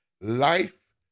life